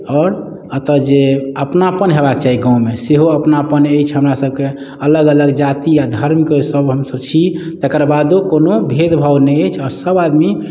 आओर एतय जे अपनापन होयबाक चाही गाममे सेहो अपनापन अछि हमरासभके अलग अलग जाति आ धर्मके सभ हमसभ छी तकर बादो कोनो भेदभाव नहि अइ सभ आदमी